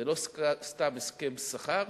זה לא סתם הסכם שכר,